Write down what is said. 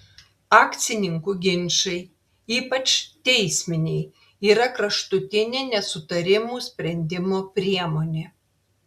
akcininkų ginčai ypač teisminiai yra kraštutinė nesutarimų sprendimo priemonė